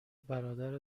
برادر